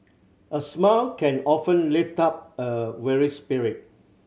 a smile can often lift up a weary spirit